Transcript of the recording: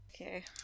Okay